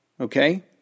Okay